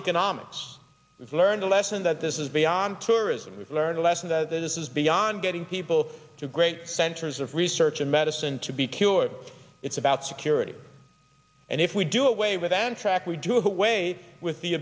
economics we've learned a lesson that this is beyond tourism we've learned a lesson that is beyond getting people to great centers of research and medicine to be cured it's about security and if we do away with and track we do away with the